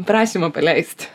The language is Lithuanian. prašymą paleist